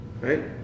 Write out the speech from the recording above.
Right